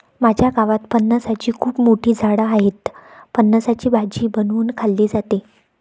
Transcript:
माझ्या गावात फणसाची खूप मोठी झाडं आहेत, फणसाची भाजी बनवून खाल्ली जाते